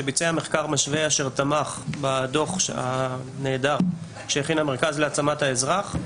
שביצע מחקר משווה אשר תמך בדוח הנהדר שהכין המרכז להעצמת האזרח.